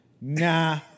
Nah